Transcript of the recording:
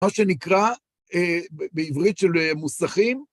מה שנקרא בעברית של מוסכים.